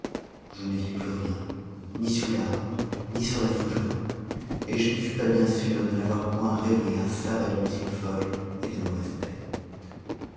je ne vis plus rien ni sous l'arbre ni sur la fougeraie et je ne fus pas bien sûr de n'avoir point rêvé un sabbat de musique folle et de mauvaises bêtes